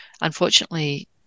unfortunately